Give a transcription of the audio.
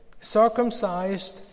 Circumcised